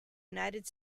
united